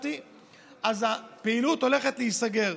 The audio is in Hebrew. אז הפעילות הולכת להיסגר.